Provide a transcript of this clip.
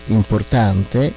importante